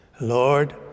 Lord